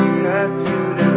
tattooed